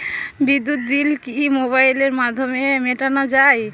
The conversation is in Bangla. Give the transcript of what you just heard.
বিদ্যুৎ বিল কি মোবাইলের মাধ্যমে মেটানো য়ায়?